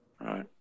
Right